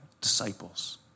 disciples